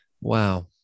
Wow